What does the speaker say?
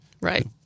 Right